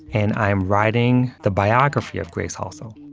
and i'm writing the biography of grace halsell.